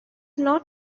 not